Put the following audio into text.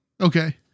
Okay